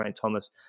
Thomas